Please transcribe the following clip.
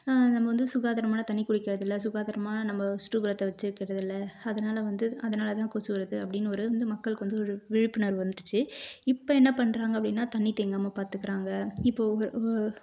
நம்ம வந்து சுகாதாரமான தண்ணி குடிக்கிறது இல்லை சுகாதாரமான நம்ம சுற்றுப்புறத்தை வச்சிருக்கிறது இல்லை அதனால் வந்து அதனால் தான் கொசு வருது அப்படின் ஒரு வந்து மக்களுக்கு வந்து ஒரு விழிப்புணர்வு வந்துடுச்சு இப்போ என்ன பண்றாங்க அப்படின்னா தண்ணி தேங்காமல் பார்த்துக்குறாங்க இப்போ ஒ